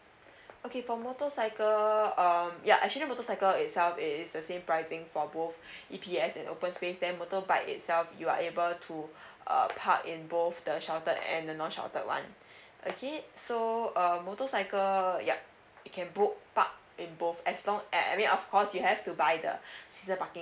okay for motorcycle um ya actually motorcycle itself it is the same pricing for both E_P_S and open space then motorbike itself you are able to uh park in both the sheltered and the non sheltered one okay so uh motorcycle yup it can bot~ park in both as long I mean of course you have to buy the season parking